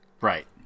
Right